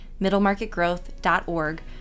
middlemarketgrowth.org